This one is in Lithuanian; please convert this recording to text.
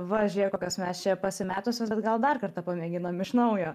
va žiūrėk kokios mes čia pasimetusios bet gal dar kartą pamėginam iš naujo